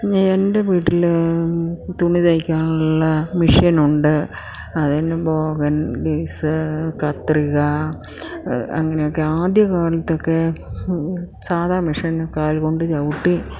എൻ്റെ വീട്ടിൽ തുണി തയ്ക്കാനുള്ള മിഷ്യനുണ്ട് അതിന് ബോഗൻ ഗീസ് കത്രിക അങ്ങനെയൊക്കെ ആദ്യ കാലത്തൊക്കെ സാധാ മെഷിന് കാലുകൊണ്ട് ചവിട്ടി